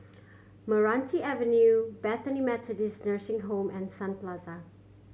Meranti Avenue Bethany Methodist Nursing Home and Sun Plaza